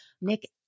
Nick